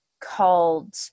called